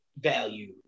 value